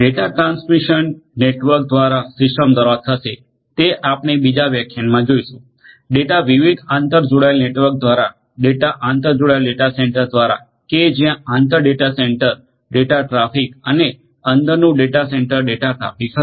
data transmission network દ્વારા system દ્વારા થશે તે આપણે બીજા વ્યાખ્યાનમાં જોઈશું ડેટા વિવિધ આતરજોડાયેલ નેટવર્ક દ્વારા ડેટા આતરજોડાયેલ ડેટા સેંટર ઘ્વારા કે જ્યાં આંતર ડેટાસેંટર ડેટા ટ્રાફિક અને અંદરનું ડેટાસેંટર ડેટા ટ્રાફિક હશે